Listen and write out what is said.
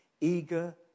eager